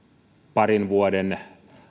parin vuoden